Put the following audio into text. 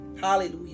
Hallelujah